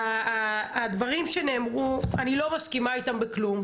הדברים שנאמרו אני לא מסכימה איתם בכלום,